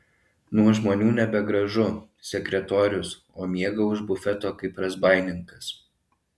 nuo žmonių nebegražu sekretorius o miega už bufeto kaip razbaininkas